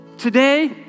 Today